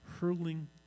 Hurling